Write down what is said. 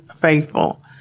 faithful